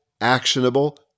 Actionable